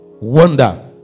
wonder